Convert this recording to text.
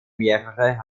mehrere